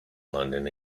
london